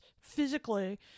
physically